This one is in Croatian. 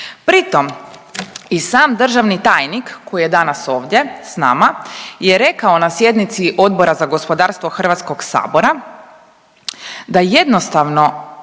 Pritom i sam državni tajnik koji je danas ovdje sa nama je rekao na sjednici Odbora za gospodarstvo Hrvatskog sabora da jednostavno